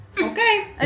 Okay